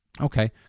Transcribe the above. Okay